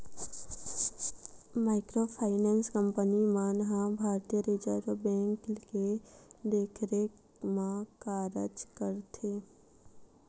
micro finance company मन ह भारतीय रिजर्व बेंक के देखरेख म कारज करथे